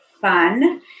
fun